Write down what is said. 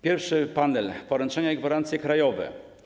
Pierwszy panel to poręczenia i gwarancje krajowe.